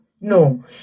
No